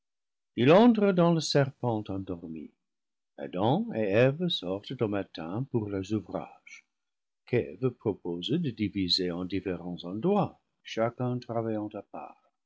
il entre dans le serpent endormi adam et eve sortent au matin pour leurs ouvrages qu'eve propose de diviser en différents endroits chacun travaillant à part